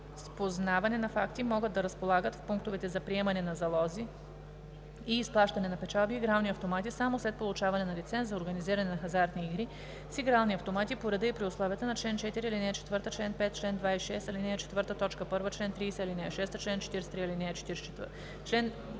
познаване на факти могат да разполагат в пунктовете за приемане на залози и изплащане на печалби игрални автомати, само след получаване на лиценз за организиране на хазартни игри с игрални автомати по реда и при условията на чл. 4, ал. 4, чл.5, чл.26, ал. 4, т. 1, чл. 30, ал. 6, чл. 43, чл. 44,